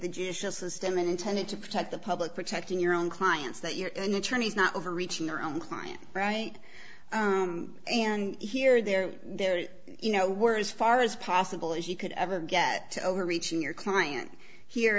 the judicial system and intended to protect the public protecting your own clients that you're an attorney's not overreaching their own client right and here they're there you know we're as far as possible as you could ever get over reaching your client here